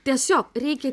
tiesiog reikia